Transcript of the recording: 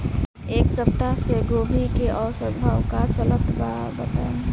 एक सप्ताह से गोभी के औसत भाव का चलत बा बताई?